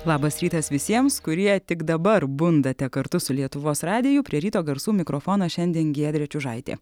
labas rytas visiems kurie tik dabar bundate kartu su lietuvos radiju prie ryto garsų mikrofono šiandien giedrė čiužaitė